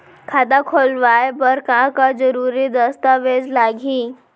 खाता खोलवाय बर का का जरूरी दस्तावेज लागही?